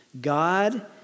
God